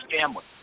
family